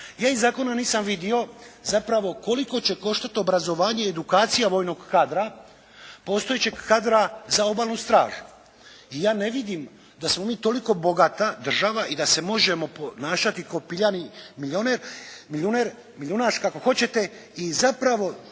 Ja iz zakona nisam vidio zapravo koliko će koštati obrazovanje i edukacija vojnog kadra, postojećeg kadra za obalnu stražu i ja ne vidim da smo mi toliko bogata država i da se možemo ponašati kao pijani milijoner, milijunaš kako hoćete i zapravo